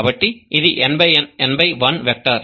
కాబట్టి ఇది n1 vector